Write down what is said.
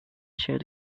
showed